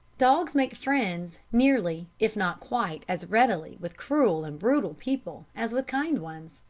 dogs make friends nearly, if not quite, as readily with cruel and brutal people as with kind ones,